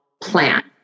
plan